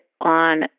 on